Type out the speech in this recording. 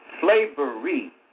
Slavery